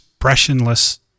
expressionless